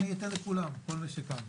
אני אתן לכולם, לכל מי שכאן.